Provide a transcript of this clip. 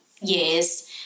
years